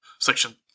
Section